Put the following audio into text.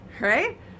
Right